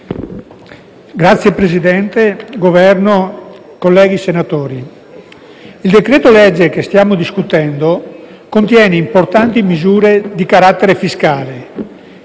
Signor Presidente, Governo, colleghi senatori, il decreto-legge che stiamo discutendo contiene importanti misure di carattere fiscale,